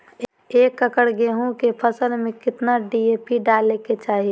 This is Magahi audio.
एक एकड़ गेहूं के फसल में कितना डी.ए.पी डाले के चाहि?